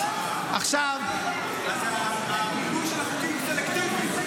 אז המילוי של החוקים הוא סלקטיבי.